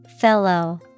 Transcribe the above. Fellow